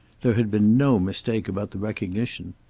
there had been no mistake about the recognition.